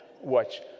watch